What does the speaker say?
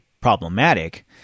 problematic